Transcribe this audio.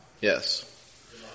Yes